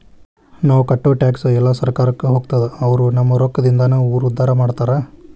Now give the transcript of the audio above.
ನಾವ್ ಕಟ್ಟೋ ಟ್ಯಾಕ್ಸ್ ಎಲ್ಲಾ ಸರ್ಕಾರಕ್ಕ ಹೋಗ್ತದ ಅವ್ರು ನಮ್ ರೊಕ್ಕದಿಂದಾನ ಊರ್ ಉದ್ದಾರ ಮಾಡ್ತಾರಾ